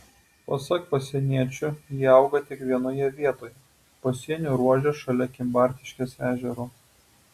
pasak pasieniečių jie auga tik vienoje vietoje pasienio ruože šalia kimbartiškės ežero